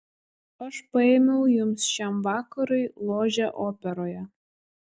aš paėmiau jums šiam vakarui ložę operoje